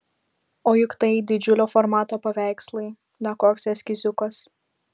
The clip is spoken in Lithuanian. o juk tai didžiulio formato paveikslai ne koks eskiziukas